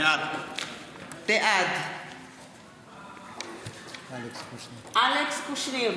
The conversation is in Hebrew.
בעד אלכס קושניר,